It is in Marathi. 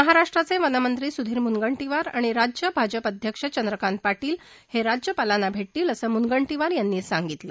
महाराष्ट्राचे वनमंत्री सुधीर मुनगंटीवार आणि राज्य भाजप अध्यक्ष चंद्रकांत पाटील हे राज्यपालांना भेटतील असं मूनगंटीवार यांनी सांगितलं